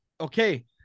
Okay